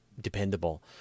dependable